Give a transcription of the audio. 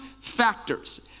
factors